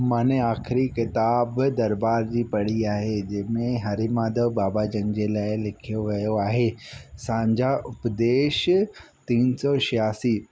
मां ने आख़िरी किताब दरबार जी पढ़ी आहे जंहिंमें हरे माधव बाबाजन जे लाइ लिखियो वियो आहे सांझा उपदेश तीन सौ छहासी